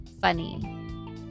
funny